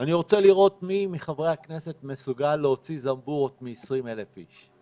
אני רוצה לראות מי מחברי הכנסת מסוגל להוציא זמבורות מ-20,000 איש.